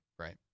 Right